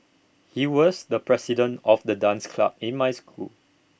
he was the president of the dance club in my school